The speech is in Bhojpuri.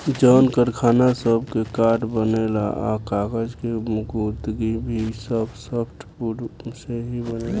जवन कारखाना सब में कार्ड बनेला आ कागज़ के गुदगी भी सब सॉफ्टवुड से ही बनेला